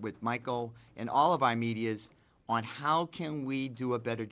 with michael and all of our media is on how can we do a better